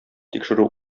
тикшерү